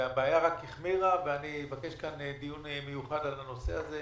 אני מבקש דיון מיוחד על הנושא הזה.